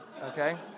okay